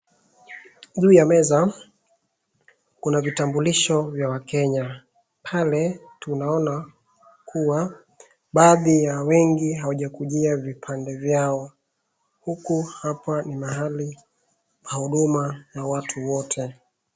Juu ya meza kuna vitambulisho vya wakenya, pale tunaona kuwa, baadhi ya wengi hawajakujia vipande vyao. Huku hapa ni mahali pa huduma na watu wote.